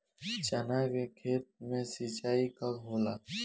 चना के खेत मे सिंचाई कब होला?